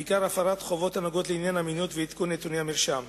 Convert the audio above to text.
בעיקר הפרת חובות הנוגעות לעניין אמינות ועדכון נתוני המרשם,